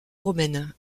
romaine